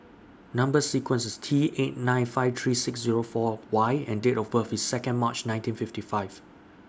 Number sequence IS T eight nine five three six Zero four Y and Date of birth IS Second March nineteen fifty five